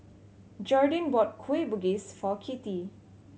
Jordin bought Kueh Bugis for Kittie